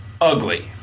ugly